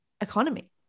economy